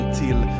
till